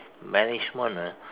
management ah